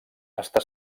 està